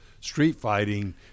street-fighting